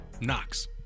Knox